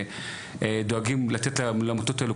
דואגים לתת לעמותות האלו,